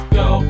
go